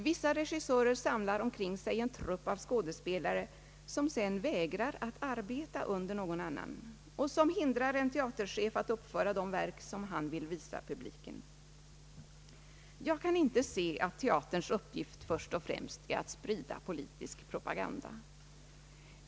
Vissa regissörer samlar omkring sig en grupp skådespelare, som sedan vägrar att arbeta under någon annan och som hindrar en teaterchef att uppföra de verk som han vill visa publiken. Jag kan inte se att teaterns uppgift först och främst är att sprida politisk propaganda.